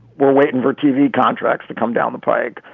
we're waiting for tv contracts to come down the pike.